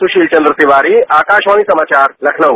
सुशील चन्द्र तिवारी आकाशवाणी समाचार लखनऊ